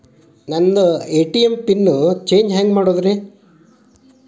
ನನ್ನ ATM pin change ಹೆಂಗ್ ಮಾಡೋದ್ರಿ?